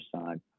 side